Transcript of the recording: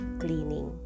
cleaning